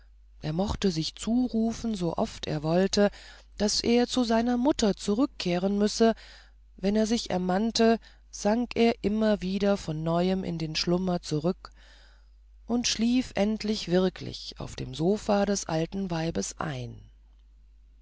er mochte sich zurufen sooft er wollte daß er zu seiner mutter zurückkehren müsse wenn er sich ermannte sank er immer wieder von neuem in den schlummer zurück und schlief endlich wirklich auf dem sofa des alten weibes ein